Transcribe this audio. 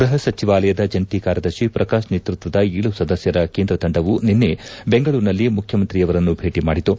ಗೃಹ ಸಚಿವಾಲಯದ ಜಂಟಿ ಕಾರ್ಯದರ್ಶಿ ಪ್ರಕಾಶ್ ನೇತ್ಪತ್ವದ ಏಳು ಸದಸ್ಯರ ಕೇಂದ್ರ ತಂಡವು ನಿನ್ನೆ ಬೆಂಗಳೂರಿನಲ್ಲಿ ಮುಖ್ಯಮಂತ್ರಿಯವರನ್ನು ಭೇಟಿ ಮಾದಿತು